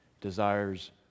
desires